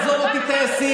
עזוב אותי טייסים,